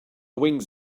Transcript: wings